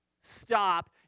stop